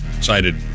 cited